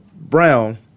Brown